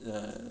ya